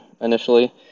initially